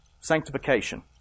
sanctification